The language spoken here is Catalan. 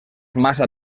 massa